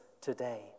today